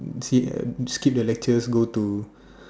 um sit uh skip the lectures go to